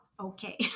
Okay